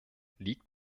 liegt